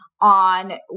on